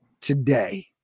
today